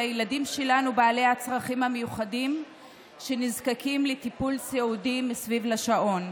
לילדים שלנו בעלי הצרכים המיוחדים שנזקקים לטיפול סיעודי מסביב לשעון.